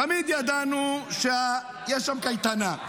תמיד ידענו שיש שם קייטנה,